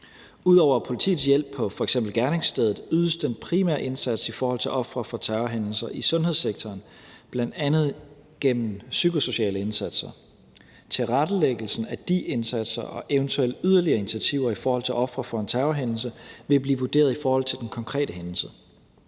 Ud over politiets hjælp på f.eks. gerningsstedet ydes den primære indsats i forhold til ofre for terrorhændelser i sundhedssektoren, bl.a. gennem psykosociale indsatser. Tilrettelæggelsen af de indsatser og eventuelle yderligere initiativer i forhold til ofre for en terrorhændelse vil blive vurderet i forhold til den konkrete hændelse.